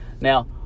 Now